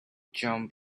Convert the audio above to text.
jump